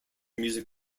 music